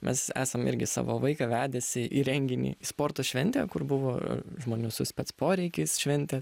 mes esam irgi savo vaiką vedęsi į renginį į sporto šventę kur buvo žmonių su spec poreikiais šventė